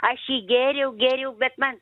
aš jį gėriau gėriau bet man